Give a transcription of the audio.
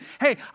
hey